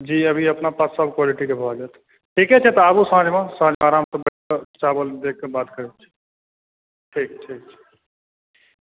जी अभी अपना पास सब क्वालिटी के भऽ जायत ठीके छै तऽ आबू साँझ मे तहन आरामसॅं चावल जे छै बात हेतै ठीक ठीक